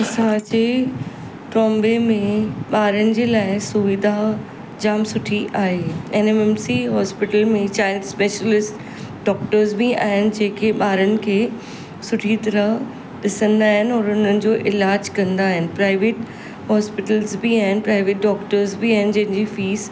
असांजे ट्रॉम्बे में ॿारनि जे लाइ सुविधा जाम सुठी आहे N N M C hospital में चाइल्ड स्पेशलिस्ट डॉक्टर्स बि आहिनि जेके ॿारनि खे सुठी तरह ॾिसंदा आहिनि और उन्हनि जो इलाज कंदा आहिनि प्राइवेट हॉस्पिटल्स बि आहिनि प्राइवेट डॉक्टर्स बि आहिनि जंहिंजी फीस